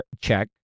check